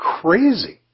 crazy